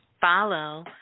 follow